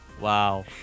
Wow